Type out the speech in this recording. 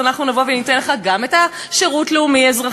אז אנחנו ניתן לך גם את השירות הלאומי-אזרחי.